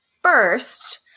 First